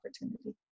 opportunity